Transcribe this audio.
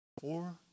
four